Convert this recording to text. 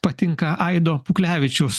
patinka aido puklevičiaus